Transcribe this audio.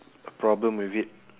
a problem with it